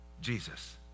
Jesus